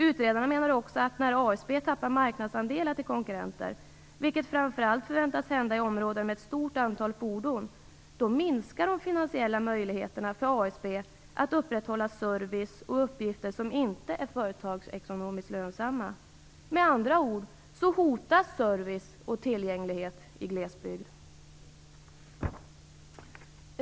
Utredarna menar vidare att när ASB tappar marknadsandelar till konkurrenter, vilket framför allt förväntas hända i områden med ett stort antal fordon, minskar de finansiella möjligheterna för ASB att upprätthålla service och uppgifter som inte är företagsekonomiskt lönsamma. Med andra ord hotas service och tillgänglighet i glesbygd.